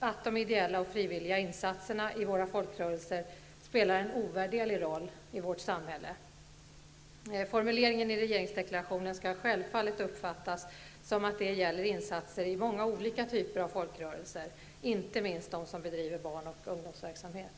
att de ideella och frivilliga insatserna i våra folkrörelser spelar en ovärderlig roll i vårt samhälle. Formuleringen i regeringsdeklarationen skall självfallet uppfattas som att detta gäller insatser i många olika typer av folkrörelser, inte minst de som bedriver barn och ungdomsverksamhet.